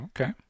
Okay